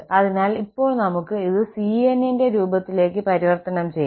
അതിനാൽ ഇപ്പോൾ നമുക്ക് ഇത് cns ന്റെ രൂപത്തിലേക്ക് പരിവർത്തനം ചെയ്യാം